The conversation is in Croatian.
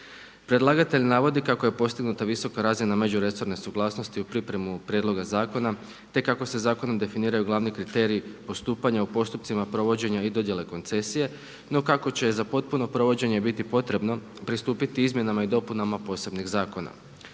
Predlagatelj navodi kako je postignuta visoka razina međuresorne suglasnosti u pripremi prijedloga zakona, te kako se zakonom definiraju glavni kriteriji postupanja u postupcima provođenja i dodjele koncesije, no kako će za potpuno provođenje biti potrebno pristupiti izmjenama i dopunama posebnih zakona.